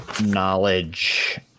knowledge